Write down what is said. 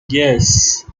yes